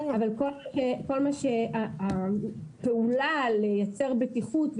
אבל כל הפעולה לייצר בטיחות,